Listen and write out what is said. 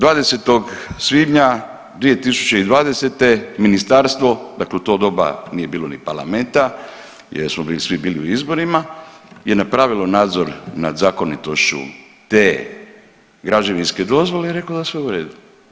20. svibnja 2020. ministarstvo dakle u to doba nije bilo ni parlamenta jer smo svi bili u izborima, je napravilo nadzor nad zakonitošću te građevinske dozvole i reklo da je sve u redu.